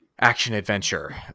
action-adventure